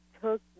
took